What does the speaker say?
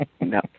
No